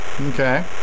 Okay